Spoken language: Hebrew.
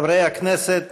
חברי הכנסת,